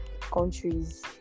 countries